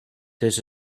this